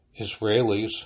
Israelis